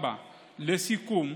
לסיכום,